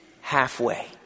halfway